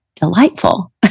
delightful